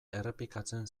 errepikatzen